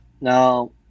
Now